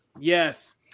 Yes